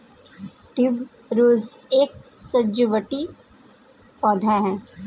tuberose एक सजावटी पौधा है